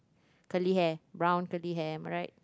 curly hair brown curly hair am I right